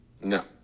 No